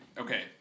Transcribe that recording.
okay